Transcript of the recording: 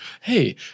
hey